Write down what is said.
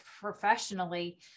professionally